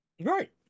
Right